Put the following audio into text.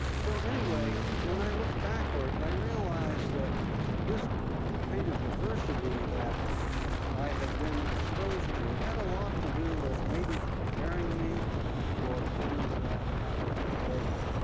so anyway, when i look backward i realize that this kind of diversity that i had been exposed to had a lot to do with maybe preparing me for things that happened later.